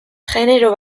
genero